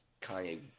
Kanye